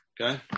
Okay